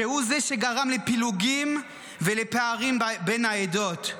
שהוא זה שגרם לפילוגים ולפערים בין העדות.